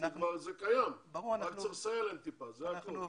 זה קיים, רק צריך לסייע להם טיפה, זה הכול.